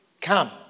come